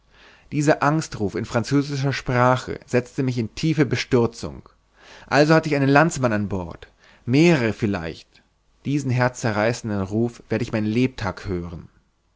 dieser angstruf in französischer sprache setzte mich in tiefe bestürzung also hatte ich einen landsmann an bord mehrere vielleicht diesen herzzerreißenden ruf werd ich mein lebtag hören